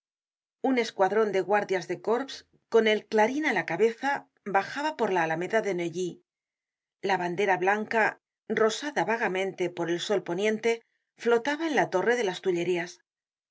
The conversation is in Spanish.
un escuadron de guardias de corps con el clarin á la cabeza bajaba por la alameda de neuilly la bandera blanca rosada vagamente por el sol poniente flotaba en la torre de las